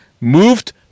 Moved